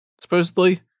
supposedly